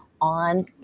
on